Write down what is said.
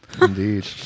Indeed